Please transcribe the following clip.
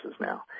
now